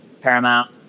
paramount